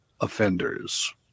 offenders